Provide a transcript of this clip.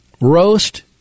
Roast